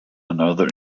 another